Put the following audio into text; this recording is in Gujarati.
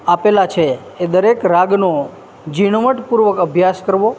આપેલા છે એ દરેક રાગનો ઝીણવટપૂર્વક અભ્યાસ કરવો